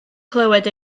clywed